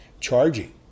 charging